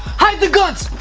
hide the guns.